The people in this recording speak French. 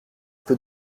peu